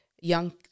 young